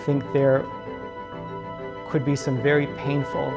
think there could be some very painful